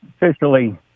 officially